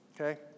okay